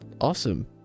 awesome